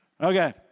Okay